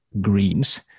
greens